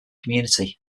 community